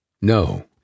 no